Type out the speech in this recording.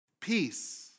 peace